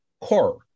core